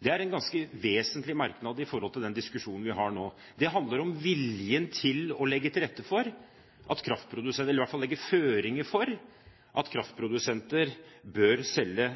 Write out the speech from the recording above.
Det er en ganske vesentlig merknad i forhold til den diskusjonen vi har nå. Det handler om viljen til å legge føringer for at kraftprodusenter bør selge